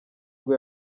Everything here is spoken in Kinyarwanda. ngo